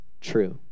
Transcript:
true